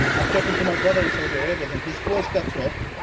i'm talking to my brother in saudi arabia, then his voice cuts off.